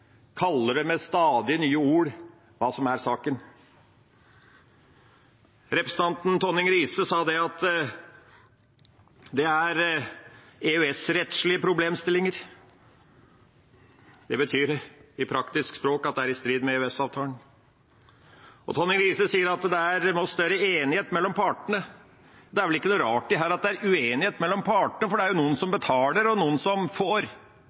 stadig nye ord for å si hva som er saken. Representanten Tonning Riise sa at det er EØS-rettslige problemstillinger. Det betyr i praktisk språk at det er i strid med EØS-avtalen. Tonning Riise sa også at det må bli større enighet mellom partene. Det er vel ikke noe rart at det er uenighet mellom partene, for det er noen som betaler og noen som får.